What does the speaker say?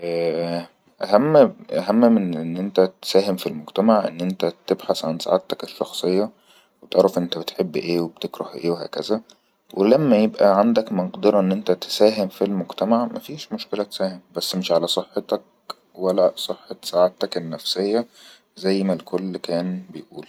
أهم من أن انت تساهم في المجتمع أن انت تبحث عن سعادتك الشخصية وتعرف أن بتحب اية وتكره اية و هكزا ولم يبئا عندك مقدرة أن انت تساهم في المجتمع مفيش مشكلة تساهم بس مش علي صحتك ولا صحت سعادتك النفسية زي م الكل كان بيئول